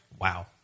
Wow